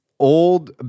old